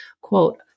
Quote